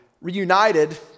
reunited